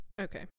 Okay